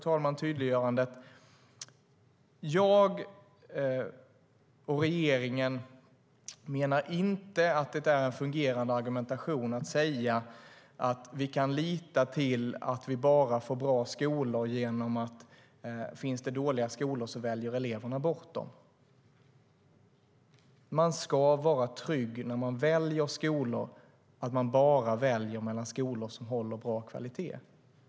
Jag vill tydliggöra att jag och regeringen menar att det inte är en fungerande argumentation att säga att vi kan lita till att vi bara får bra skolor genom att elever väljer bort dåliga skolor. När man väljer skola ska man vara trygg med att man bara väljer mellan skolor som håller bra kvalitet.